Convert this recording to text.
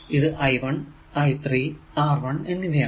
ഇത് I1I3R1എന്നിവയാണ്